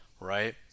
right